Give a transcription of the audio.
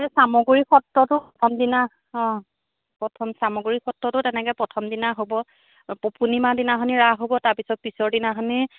চামগুৰি সত্ৰতো প্ৰথমদিনা প্ৰথম চামগুৰি সত্ৰটো তেনেকৈ প্ৰথম দিনা হ'ব পূৰ্ণিমা দিনাখন ৰাস হ'ব তাৰ পিছত পিছৰ দিনাখন